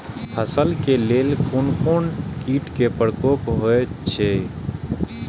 फसल के लेल कोन कोन किट के प्रकोप होयत अछि?